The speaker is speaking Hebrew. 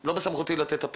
לא בסמכותי לתת את הפתרונות,